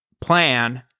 plan